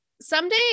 someday